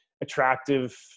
attractive